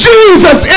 Jesus